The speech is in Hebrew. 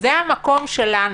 זה המקום שלנו.